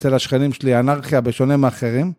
אצל השכנים שלי אנרכיה בשונה מאחרים.